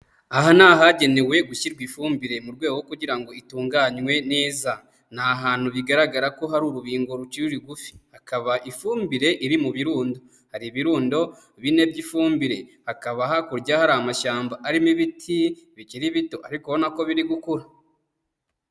Aha ni ahagenewe gushyirwa ifumbire mu rwego kugira ngo itunganywe neza. Ni ahantu bigaragara ko hari urubingo rukiri rugufi, hakaba ifumbire iri mu birundo. Hari ibirundo bine by'ifumbire. Hakaba hakurya hari amashyamba arimo ibiti bikiri bito. Ariko urabona ko biri gukura.